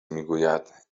میگوید